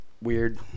Weird